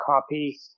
copy